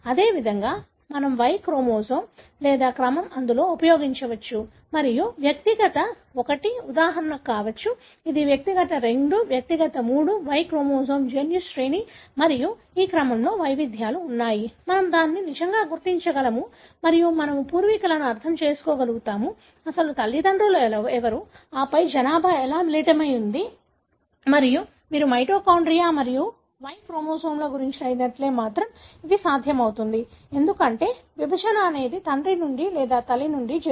అదే విధంగా మనం Y క్రోమోజోమ్ లేదా క్రమం అందులో ఉపయోగించవచ్చు మరియు వ్యక్తిగత 1 ఉదాహరణకు కావచ్చు ఇది వ్యక్తిగత 2 వ్యక్తిగత 3 Y క్రోమోజోమ్ జన్యు శ్రేణి మరియు ఈ క్రమం లో వైవిధ్యాలు ఉన్నాయి మేము దానిని నిజంగా గుర్తించగలము మరియు మేము పూర్వీకులను అర్థం చేసుకోగలుగుతాము అసలు తండ్రులు ఎవరు ఆపై జనాభా ఎలా మిళితమై ఉంది మరియు మీరు మైటోకాండ్రియా మరియు వై క్రోమోజోమ్ని గుర్తించినట్లయితే మాత్రమే ఇది సాధ్యమవుతుంది ఎందుకంటే విభజన అనేది తండ్రి నుండి లేదా తల్లి నుండి